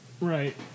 Right